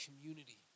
community